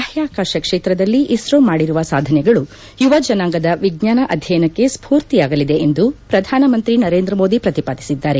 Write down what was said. ಬಾಹ್ವಾಕಾಶ ಕ್ಷೇತ್ರದಲ್ಲಿ ಇಸ್ರೋ ಮಾಡಿರುವ ಸಾಧನೆಗಳು ಯುವ ಜನಾಂಗ ವಿಜ್ಞಾನ ಅಧ್ಯಯನಕ್ಕೆ ಸ್ಪೂರ್ತಿಯಾಗಲಿದೆ ಎಂದು ಪ್ರಧಾನಮಂತ್ರಿ ನರೇಂದ್ರ ಮೋದಿ ಪ್ರತಿಪಾದಿಸಿದ್ದಾರೆ